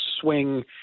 swing